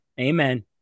Amen